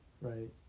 Right